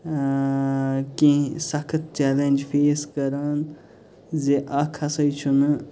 اۭں کیٚنٛہہ سخت challenge face کران زِ اَکھ ہسا چھُنہٕ